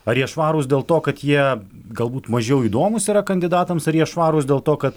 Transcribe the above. ar jie švarūs dėl to kad jie galbūt mažiau įdomūs yra kandidatams ar jie švarūs dėl to kad